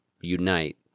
unite